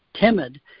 timid